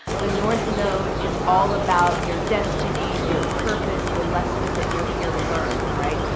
the north node is all about your destiny, your purpose, the lessons that you're here to learn, right?